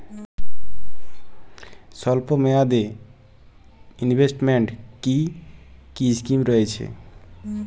স্বল্পমেয়াদে এ ইনভেস্টমেন্ট কি কী স্কীম রয়েছে?